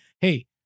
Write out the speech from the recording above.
Hey